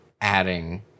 adding